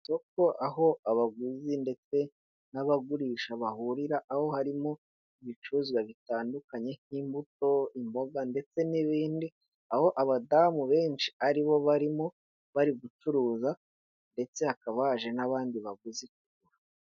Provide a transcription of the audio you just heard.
Isoko aho abaguzi ndetse n'abagurisha bahurira, aho harimo ibicuruzwa bitandukanye. Nk'imbuto, imboga ndetse n'ibindi. Aho abadamu benshi ari bo barimo bari gucuruza ndetse hakaba haje n'abandi baguzi.